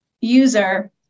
user